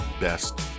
best